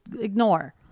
ignore